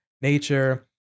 Nature